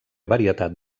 varietat